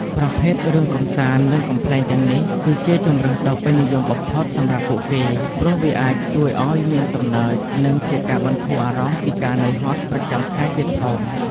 ប្រភេទរឿងកម្សាន្ត និងកំប្លែងទាំងនេះ គឺជាជម្រើសដ៏ពេញនិយមបំផុតសម្រាប់ពួកគេ ព្រោះវាអាចជួយឲ្យមានសំណើច និងជាការបន្ធូរអារម្មណ៍ពីការនឿយហត់ប្រចាំថ្ងៃទៀតផង។